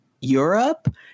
Europe